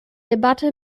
debatte